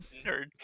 nerd